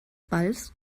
balls